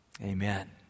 Amen